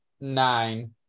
Nine